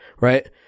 right